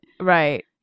right